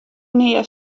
nea